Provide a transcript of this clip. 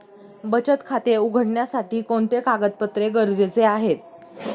बचत खाते उघडण्यासाठी कोणते कागदपत्रे गरजेचे आहे?